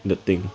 the thing